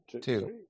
two